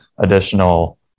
additional